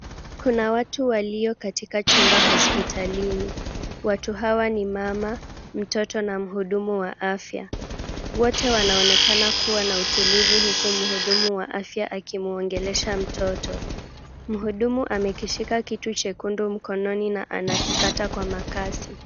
Kuna watu walio katika chumba hospitalini. Watu hawa ni mama, mtoto na mhudumu wa afya. Wote wanaonekana kuwa na utulivu huku mhudumu wa afya akimuongelesha mtoto. Mhudumu amekishika kitu chekundu mkononi na anakikata kwa makasi.